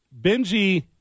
Benji